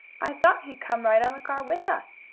i thought he'd come right on the car with us,